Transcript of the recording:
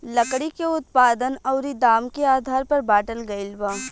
लकड़ी के उत्पादन अउरी दाम के आधार पर बाटल गईल बा